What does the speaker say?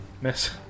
Miss